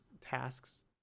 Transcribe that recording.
tasks